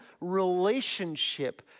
relationship